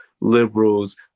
liberals